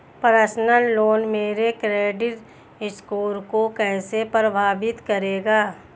Personal loan मेरे credit score को कैसे प्रभावित करेगा?